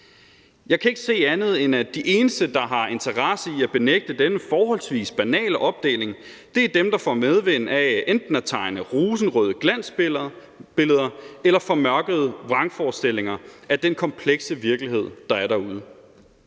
Jeg kan ikke se andet, end at de eneste, der har interesse i at benægte denne forholdsvis banale opdeling, er dem, der får medvind af enten at tegne rosenrøde glansbilleder eller formørkede vrangforestillinger af den komplekse virkelighed, der er derude.